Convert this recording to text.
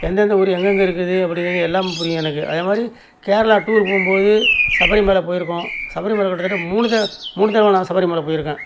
எந்தெந்த ஊர் எங்கெங்கே இருக்குது அப்படிங்கிறது எல்லாம் புரியும் எனக்கு அதே மாதிரி கேரளா டூரு போகும்போது சபரிமலை போயிருக்கோம் சபரிமலை கிட்டத்தட்ட மூணு த மூணு தடவை நான் சபரிமலை போயிருக்கேன்